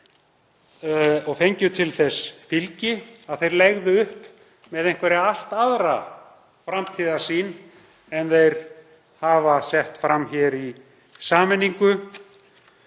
og fengju til þess fylgi að þeir legðu upp með einhverja allt aðra framtíðarsýn en þeir hafa sett fram í sameiningu.